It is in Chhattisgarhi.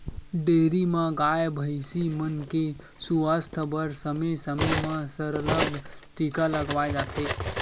डेयरी म गाय, भइसी मन के सुवास्थ बर समे समे म सरलग टीका लगवाए जाथे